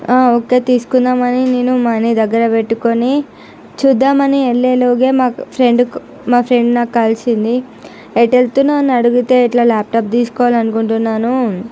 ఆ ఓకే తీసుకుందామని నేను మనీ దగ్గర పెట్టుకొని చూద్దామని వెళ్ళేలోపల మా ఫ్రెండ్కు మా ఫ్రెండ్ నాకు కలిసింది ఎటువెళ్తున్నావ్ అని అడిగితే ఇట్లా ల్యాప్టాప్ తీసుకోవాలి అనుకుంటున్నాను